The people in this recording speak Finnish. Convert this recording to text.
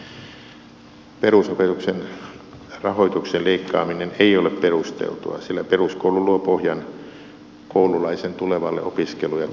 perusopetuksen rahoituksen leikkaaminen ei ole perusteltua sillä peruskoulu luo pohjan koululaisen tulevalle opiskelu ja työuralle